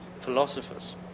philosophers